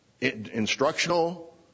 instructional